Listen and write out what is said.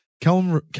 Kellum